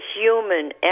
human